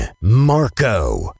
Marco